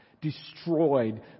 Destroyed